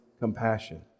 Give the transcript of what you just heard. compassion